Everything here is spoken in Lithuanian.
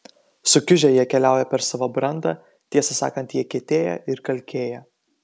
sukiužę jie keliauja per savo brandą tiesą sakant jie kietėja ir kalkėja